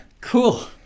Cool